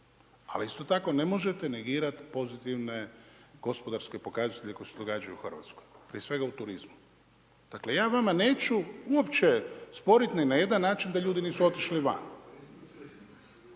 Ali isto tako ne možete negirati pozitivne gospodarske pokazatelje koji se događaju u RH. Prije svega u turizmu. Dakle, ja vama neću uopće sporiti ni na jedan način da ljudi nisu otišli van.